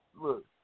Look